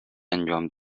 انجام